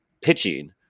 pitching